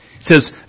says